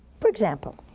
for example,